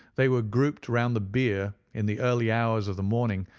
they were grouped round the bier in the early hours of the morning,